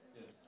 Yes